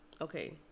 okay